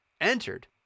entered